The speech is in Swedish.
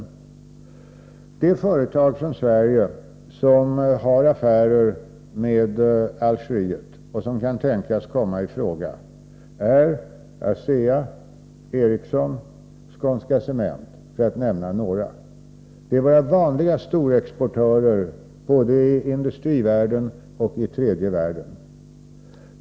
De företag från Sverige som har affärer med Algeriet och som kan tänkas komma i fråga är ASEA, Ericsson, Skånska Cement, för att nämna några. Det är våra vanliga storexportörer, både till industrivärlden och till tredje världen.